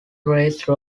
race